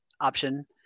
option